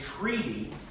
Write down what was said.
treaty